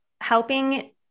helping